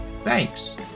Thanks